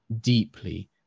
deeply